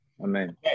Amen